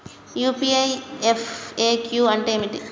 UPI FAQ అంటే ఏమిటి?